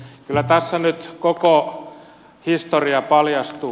kyllä tässä nyt koko historia paljastuu